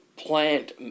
plant